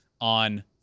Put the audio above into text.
on